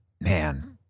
man